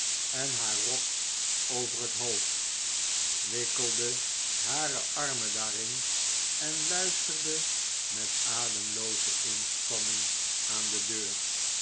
en haar rok over het hoofd wikkelde hare armen daarin en luisterde met ademlooze inspanning aan de deur